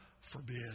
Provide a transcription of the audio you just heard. forbid